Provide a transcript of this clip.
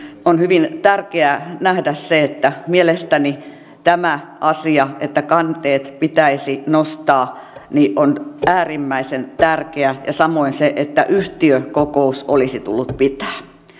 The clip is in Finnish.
on hyvin tärkeää mielestäni nähdä se että tämä asia että kanteet pitäisi nostaa on äärimmäisen tärkeä ja samoin se että yhtiökokous olisi tullut pitää